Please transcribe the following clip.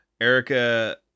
Erica